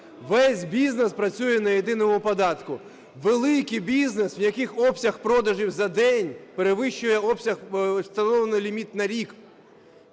весь бізнес працює на єдиному податку. Великий бізнес, в яких обсяг продажів за день перевищує обсяг встановленого ліміту на рік.